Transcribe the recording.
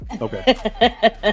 Okay